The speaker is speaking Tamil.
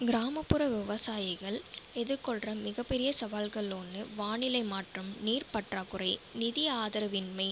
கிராமப்புற விவசாயிகள் எதிர்கொள்கிற மிக பெரிய சவால்களில் ஒன்று வானிலை மாற்றம் நீர் பற்றாக்குறை நிதி ஆதரவுயின்மை